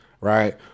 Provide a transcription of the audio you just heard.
right